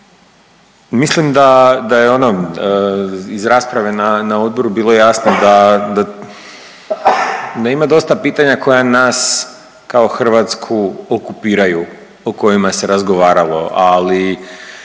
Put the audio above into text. Mislim da, da je ono, iz rasprave na odboru bilo jasno da, da ima dosta pitanja koja nas kao Hrvatsku okupiraju, o kojima se razgovaralo, ali,